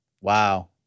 Wow